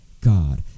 God